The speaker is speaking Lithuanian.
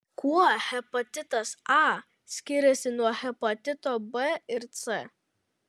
kuo hepatitas a skiriasi nuo hepatito b ir c